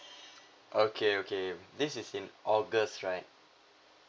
okay okay this is in august right